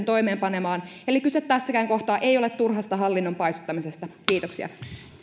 toimeenpanemaan eli kyse tässäkään kohtaa ei ole turhasta hallinnon paisuttamisesta kiitoksia